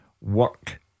work